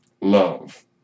love